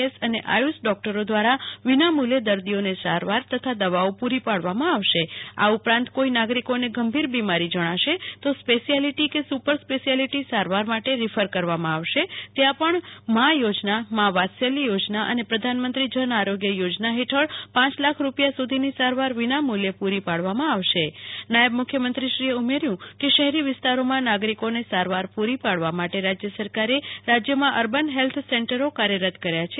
એસન અને આયુ ષ ડૌક્ટરો દ્વારો વિના મૂ લ્ચે દર્દીઓને સારવાર તથા દવાઓ પૂરી પાડવામાં આવશે આ ઉપેરાંત કોઈ નાગરિકોને ગંભીર બીમારી જણાશે તો સ્પેશિયાલિટી કે સુ પર સ્પેશિયાલિટી સારવાર માટે રીફર કરવામાં આવશે ત્યાં પણ માં યોજના માં વાત્સલ્ય યોજના અને પ્રધાનમંત્રી જન આરોગ્ય યોજના હેઠળ પાંચ લાખ રૂપિયા સુ ધીની સારવાર વિનામૂ લ્યે પૂ રી પાડવામાં આવશે નાયબ મુખ્ય મંત્રીશ્રીએ ઉમેર્યું કે શહેરી વિસ્તારોમાં નાગરિકોને સારવાર પૂ રી પાડવા માટે રાજ્ય સરકારે રાજ્યમાં અર્બન હેલ્થ સેન્ટરો કાર્યરત કર્યા છે